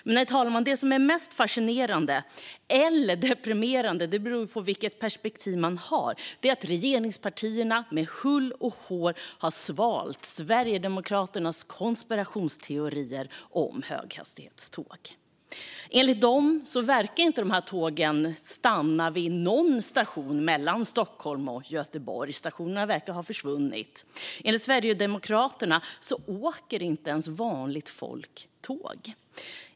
Men, herr talman, det som är mest fascinerande - eller deprimerande, beroende på vilket perspektiv man har - är att regeringspartierna med hull och hår har svalt Sverigedemokraternas konspirationsteorier om höghastighetståg. Enligt dem verkar inte dessa tåg stanna vid någon station mellan Stockholm och Göteborg; stationerna verkar ha försvunnit. Enligt Sverigedemokraterna åker inte ens vanligt folk tåg.